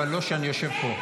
אבל לא כשאני יושב פה.